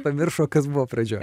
pamiršo kas buvo pradžioje